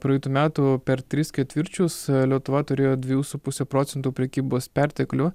praeitų metų per tris ketvirčius lietuva turėjo dviejų su puse procentų prekybos perteklių